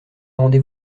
rendez